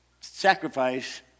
sacrifice